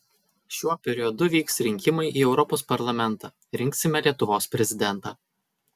šiuo periodu vyks rinkimai į europos parlamentą rinksime lietuvos prezidentą